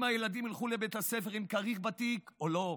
אם הילדים ילכו לבית הספר עם כריך בתיק או לא.